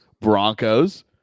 Broncos